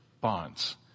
bonds